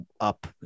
up